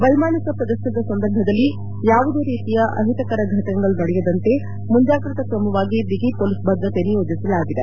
ವೈಮಾನಿಕ ಪ್ರದರ್ಶನದ ಸಂದರ್ಭದಲ್ಲಿ ಯಾವುದೇ ರೀತಿಯ ಅಹಿತಕರ ಘಟನೆಗಳು ನಡೆಯದಂತೆ ಮುಂಜಾಗ್ರತಾ ಕ್ರಮವಾಗಿ ಬಿಗಿ ಮೊಲೀಸ್ ಭದ್ರತೆಯನ್ನು ನಿಯೋಜಿಸಲಾಗಿದೆ